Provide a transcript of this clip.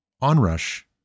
onrush